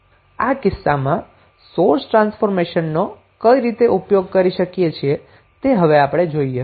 આ કિસ્સામાં સોર્સ ટ્રાન્સફોર્મેશનનો કઈ રીતે ઉપયોગ કરી શકીએ છીએ તે હવે આપણે જોઈએ